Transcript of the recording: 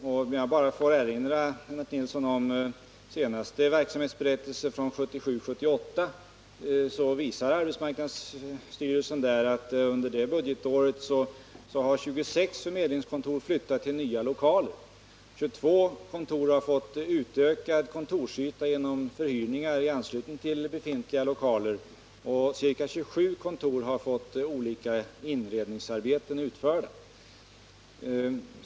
Låt mig bara erinra Lennart Nilsson om vad som redovisas i AMS verksamhetsberättelse från 1977/78, nämligen att 26 nya förmedlingskontor under det budgetåret flyttade till nya lokaler, att 22 kontor har fått utökad kontorsyta genom förhyrningar i anslutning till befintliga lokaler och att ca 27 kontor har fått olika inredningsarbeten utförda.